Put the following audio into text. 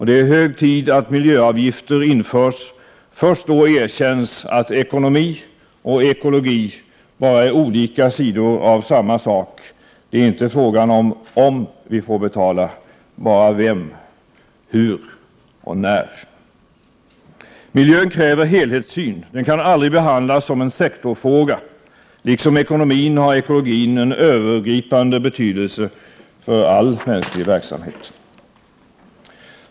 Det är hög tid att miljöavgifter införs. Först då erkänns att ekonomi och ekologi bara är olika sidor av samma sak. Frågan är inte om vi får betala, bara vem, hur och när. Miljön kräver helhetssyn. Den kan aldrig behandlas som en sektorfråga. Liksom ekonomin har ekologin en övergripande betydelse för all mänslig verksamhet.